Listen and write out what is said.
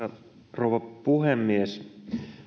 rouva puhemies